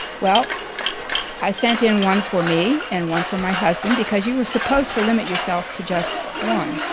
well i sent in one for me and one for my husband because you were supposed to limit yourself to just one.